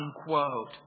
unquote